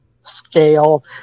scale